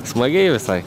smagiai visai